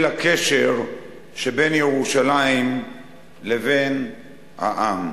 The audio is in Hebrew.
של הקשר שבין ירושלים לבין העם.